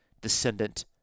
descendant